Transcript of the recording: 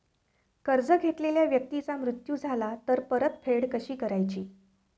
कर्ज घेतलेल्या व्यक्तीचा मृत्यू झाला तर परतफेड कशी करायची?